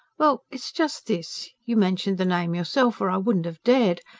well, it's just this you mentioned the name yourself, or i wouldn't have dared.